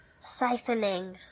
Siphoning